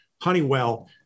Honeywell